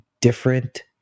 different